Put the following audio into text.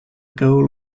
goal